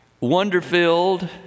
Wonder-filled